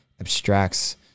abstracts